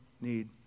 need